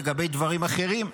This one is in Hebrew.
לגבי דברים אחרים.